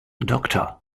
doctor